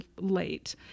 late